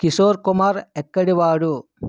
కిషోర్ కుమార్ ఎక్కడి వాడు